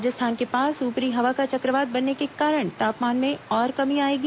राजस्थान के पास ऊ परी हवा का च क्र वात बनने के कारण तापमान में और कमी आएगी